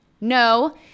No